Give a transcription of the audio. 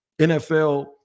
NFL